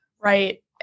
Right